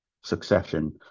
succession